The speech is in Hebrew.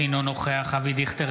אינו נוכח אבי דיכטר,